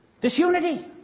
disunity